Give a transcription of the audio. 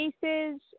cases